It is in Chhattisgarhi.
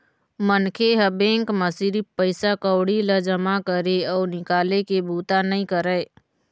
मनखे ह बेंक म सिरिफ पइसा कउड़ी ल जमा करे अउ निकाले के बूता नइ करय